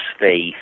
faith